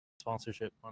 sponsorship